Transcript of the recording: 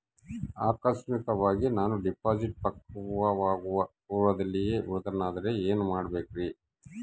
ಆಕಸ್ಮಿಕವಾಗಿ ನಾನು ಡಿಪಾಸಿಟ್ ಪಕ್ವವಾಗುವ ಪೂರ್ವದಲ್ಲಿಯೇ ಮೃತನಾದರೆ ಏನು ಮಾಡಬೇಕ್ರಿ?